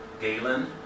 Galen